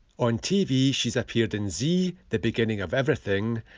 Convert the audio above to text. on tv she's appeared in z the beginning of everything,